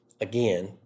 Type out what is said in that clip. again